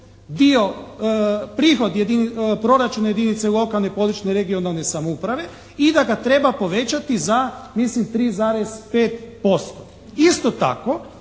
dobit, prihod proračuna jedinice lokalne i područne regionalne samouprave i da ga treba povećati za mislim 3,5%. Isto tako